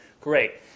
Great